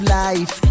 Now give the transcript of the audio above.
life